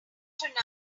tonight